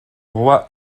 roi